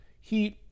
heat